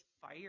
fire